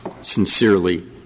Sincerely